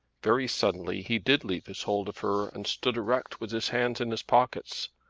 very suddenly he did leave his hold of her and stood erect with his hands in his pockets,